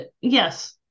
Yes